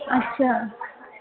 अच्छा